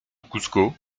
cuzco